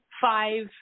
five